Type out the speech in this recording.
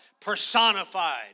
personified